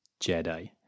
Jedi